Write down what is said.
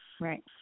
Right